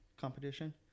competition